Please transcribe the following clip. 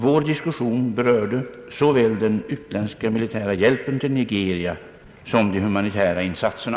Vår diskussion berörde såväl den utländska militära hjälpen till Nigeria som de humanitära insatserna.